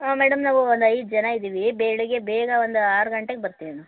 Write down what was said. ಹಾಂ ಮೇಡಮ್ ನಾವು ಒಂದು ಐದು ಜನ ಇದ್ದೀವಿ ಬೆಳಿಗ್ಗೆ ಬೇಗ ಒಂದು ಆರು ಗಂಟೆಗೆ ಬರ್ತೀವಿ ಮ್ಯಾಮ್